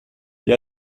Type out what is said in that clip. gli